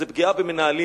זאת פגיעה במנהלים.